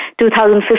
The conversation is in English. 2015